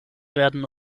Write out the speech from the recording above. werden